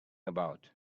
about